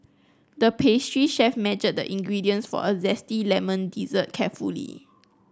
the pastry chef measured the ingredients for a zesty lemon dessert carefully